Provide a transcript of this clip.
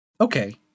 Okay